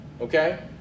okay